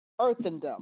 earthendom